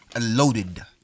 loaded